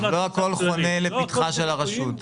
לא הכול חונה לפתחה של הרשות.